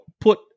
put